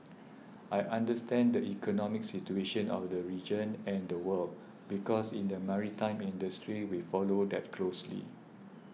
I understand the economic situation of the region and the world because in the maritime industry we follow that closely